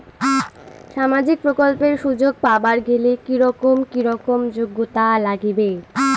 সামাজিক প্রকল্পের সুযোগ পাবার গেলে কি রকম কি রকম যোগ্যতা লাগিবে?